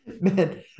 Man